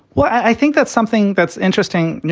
well, i think that's something that's interesting. you